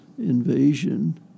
invasion